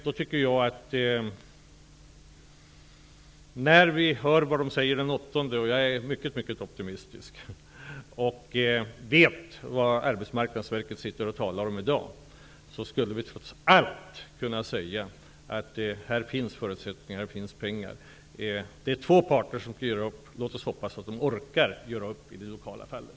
När vi har hört vad de säger den 8 december -- jag är mycket mycket optimistisk och vet vad Arbetsmarknadsverket sitter och talar om i dag -- skulle vi trots allt kunna säga att här finns förutsättningar och här finns pengar. Det är två parter som skall göra upp. Låt oss hoppas att de orkar göra upp i det lokala fallet.